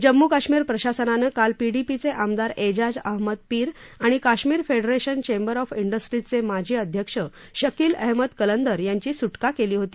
जम्मू कश्मीर प्रशासनानं काल पिडीपीचे आमदार एजाज अहमद मीर आणि काश्मीर फेडरेशन चेंबर ऑफ इंड्रस्टीजचे माजी अध्यक्ष शकील अहमद कलंदर यांची सुटका केली होती